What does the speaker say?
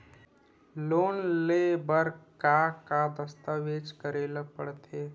Loan ले बर का का दस्तावेज करेला पड़थे?